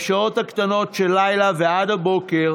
בשעות הקטנות של הלילה ועד הבוקר,